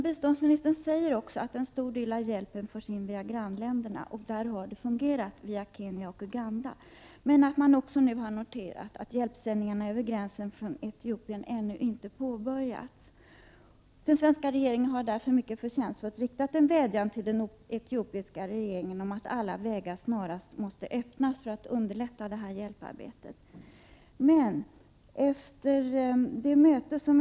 Biståndsministern säger även att en stor del av hjälpen förs in via grannländerna. Det har fungerat via Kenya och Uganda, men man har noterat att hjälpsändningarna över gränsen från Etiopien ännu inte har påbörjats. Den svenska regeringen har därför mycket förtjänstfullt riktat en vädjan till den etiopiska regeringen om att alla vägar snarast måste öppnas för att underlätta hjälparbetet.